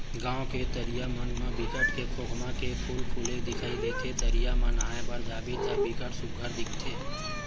गाँव के तरिया मन म बिकट के खोखमा के फूल फूले दिखई देथे, तरिया म नहाय बर जाबे त बिकट सुग्घर दिखथे